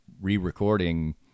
re-recording